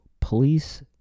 police